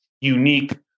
unique